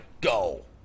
go